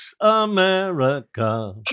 America